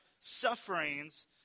sufferings